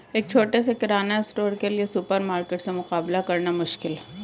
एक छोटे से किराना स्टोर के लिए सुपरमार्केट से मुकाबला करना मुश्किल है